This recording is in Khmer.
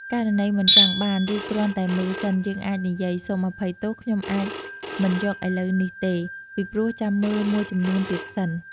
ករណីមិនចង់បាន ឬគ្រាន់តែមើលសិន យើងអាចនិយាយ សូមអភ័យទោស ខ្ញុំអាចមិនយកឥឡូវនេះទេ ពីព្រោះចាំមើលមួយចំនួនទៀតសិន។